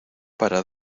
para